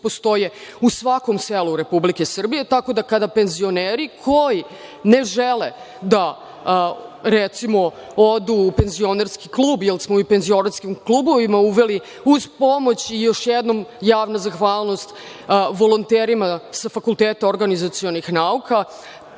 postoje u svakom selu Republike Srbije, tako da kada penzioneri koji ne žele da recimo odu u penzionerski klub, jer smo i u penzionerskim klubovima uveli, uz pomoć, još jednom javna zahvalnost volonterima sa FON-a. Oni volontiraju